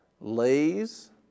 Lay's